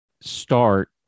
start